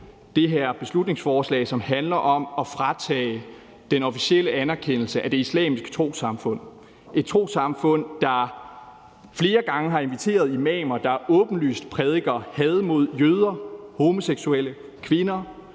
det her beslutningsforslag, som handler om at fratage den officielle anerkendelse af Det Islamiske trossamfund, et trossamfund, der flere gange har inviteret imamer, der åbenlyst prædiker had mod jøder, homoseksuelle, kvinder